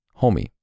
homie